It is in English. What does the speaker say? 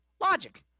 Logic